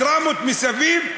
הדרמות מסביב,